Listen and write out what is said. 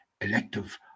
elective